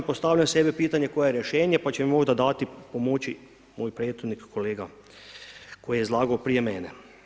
Postavljam sebi pitanje koje je rješenje, pa će mi možda dati pomoći, moj prethodnik kolega, koji je izlagao prije mene.